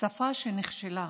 שפה שנכשלה,